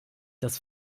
das